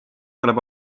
tuleb